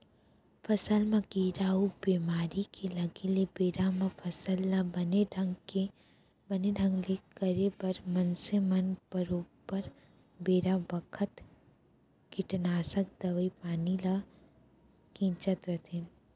फसल म कीरा अउ बेमारी के लगे ले बेरा म फसल ल बने ढंग ले करे बर मनसे मन बरोबर बेरा बखत कीटनासक दवई पानी ल छींचत रथें